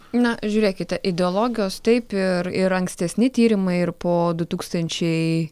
na žiūrėkite ideologijos taip ir ir ankstesni tyrimai ir po du tūkstančiai